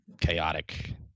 chaotic